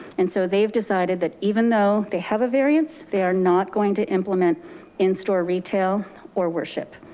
and so they've decided that even though they have a variance, they are not going to implement in store retail or worship.